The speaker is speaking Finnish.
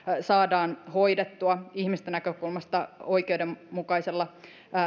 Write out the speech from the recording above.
saadaan hoidettua ihmisten näkökulmasta oikeudenmukaisella